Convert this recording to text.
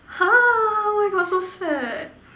!huh! oh my God so sad